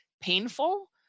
painful